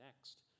next